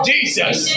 Jesus